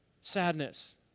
sadness